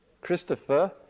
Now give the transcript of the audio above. Christopher